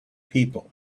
people